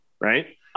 Right